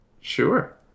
Sure